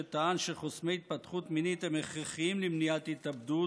שטען שחוסמי התפתחות מינית הם הכרחיים למניעת התאבדות,